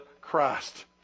Christ